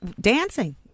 Dancing